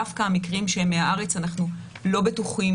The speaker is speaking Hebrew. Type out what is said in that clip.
דווקא המקרים שהם מהארץ אנחנו לא בטוחים